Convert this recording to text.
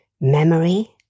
memory